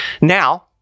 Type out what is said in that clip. Now